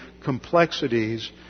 complexities